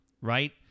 right